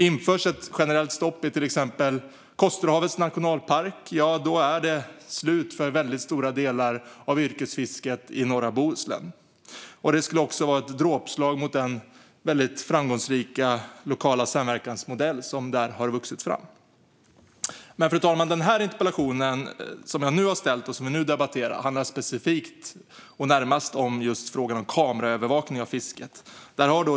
Införs ett generellt stopp i till exempel Kosterhavets nationalpark är det slut för stora delar av yrkesfisket i norra Bohuslän. Det skulle också vara ett dråpslag mot den framgångsrika lokala samverkansmodell som har vuxit fram där. Fru talman! Den här interpellationen, som jag nu har ställt och som vi nu debatterar, handlar specifikt och närmast om kameraövervakning av fisket.